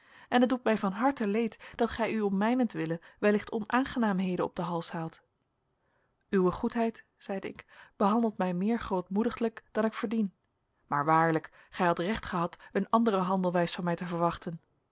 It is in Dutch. en het doet mij van harte leed dat gij u om mijnentwille wellicht onaangenaamheden op den hals haalt uwe goedheid zeide ik behandelt mij meer grootmoediglijk dan ik verdien maar waarlijk gij hadt recht gehad een andere handelwijs van mij te verwachten